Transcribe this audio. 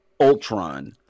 Ultron